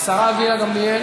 השרה גילה גמליאל,